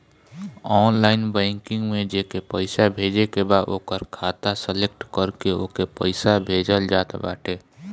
online banking में जेके पईसा भेजे के बा ओकर खाता सलेक्ट करके ओके पईसा भेजल जात बाटे